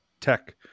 tech